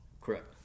Correct